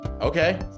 okay